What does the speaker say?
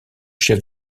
chef